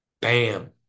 Bam